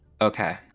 Okay